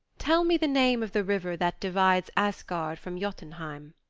tell me the name of the river that divides asgard from jotunheim?